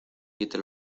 quite